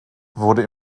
wurde